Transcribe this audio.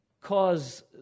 cause